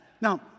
Now